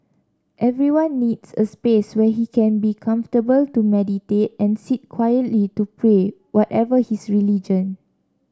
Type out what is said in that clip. everyone needs a space where he can be comfortable to meditate and sit quietly to pray whatever his religion